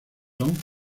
son